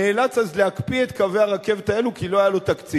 נאלץ אז להקפיא את קווי הרכבת האלה כי לא היה לו תקציב.